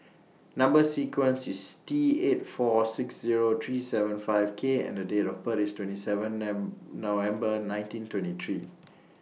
Number sequence IS T eight four six Zero three seven five K and Date of birth IS twenty seven November nineteen twenty three